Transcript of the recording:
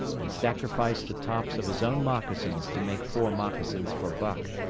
and sacrificed the tops of his own moccasins to make four moccasins for buck.